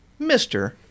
Mr